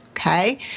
Okay